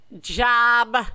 job